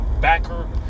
backer